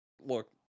Look